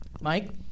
Mike